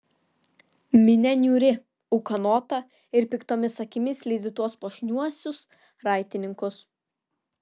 minia niūri ūkanota ir piktomis akimis lydi tuos puošniuosius raitininkus